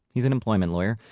he's an employment lawyer.